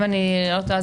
אם אני לא טועה,